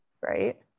right